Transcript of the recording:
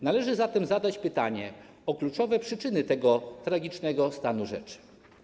Należy zatem zadać pytanie o kluczowe przyczyny tego tragicznego stanu rzeczy.